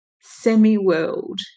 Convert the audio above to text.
semi-world